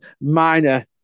minor